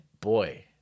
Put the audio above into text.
boy